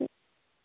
হুম